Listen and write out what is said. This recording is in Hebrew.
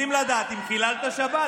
רוצים לדעת אם חיללת שבת.